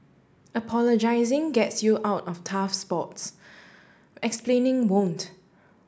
apologising gets you out of tough spots explaining won't